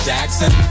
Jackson